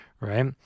right